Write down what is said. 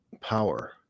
power